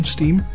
Steam